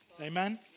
Amen